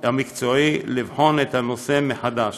לבחון את הנושא מחדש.